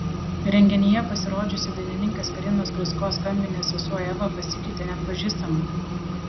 renginyje pasirodžiusi dainininkės karinos krysko skambinės sesuo eva pasikeitė neatpažįstamai